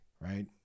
right